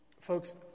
Folks